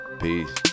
Peace